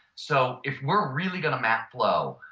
so if we're really going to map flow,